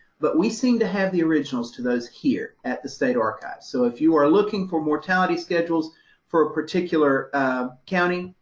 but we seem to have the originals to those here at the state archives. so if you are looking for mortality schedules for a particular county,